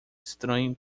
estranho